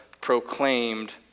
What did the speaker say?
proclaimed